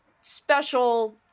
special